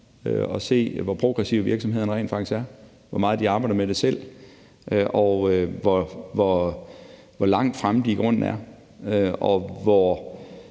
og se, hvor progressive virksomhederne rent faktisk er, hvor meget de arbejder med det selv, hvor langt fremme de i grunden er, og hvor,